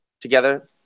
together